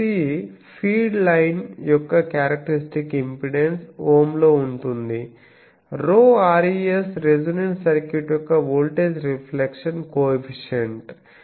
Zc feed line యొక్క characteristic impedance ohm లో ఉంటుంది ρres రెసొనెంట్ సర్క్యూట్ యొక్క వోల్టేజ్ రిఫ్లెక్షన్ కో ఎఫిషియంట్